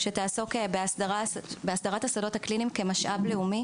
שתעסוק בהסדרת השדות הקליניים כמשאב לאומי.